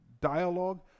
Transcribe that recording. dialogue